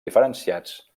diferenciats